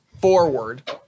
forward